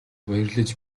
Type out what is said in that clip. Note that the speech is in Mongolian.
баярлаж